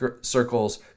circles